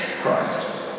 Christ